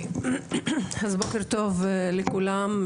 בוקר טוב לכולם.